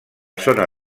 zona